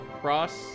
cross